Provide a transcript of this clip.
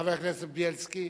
חבר הכנסת בילסקי,